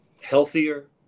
healthier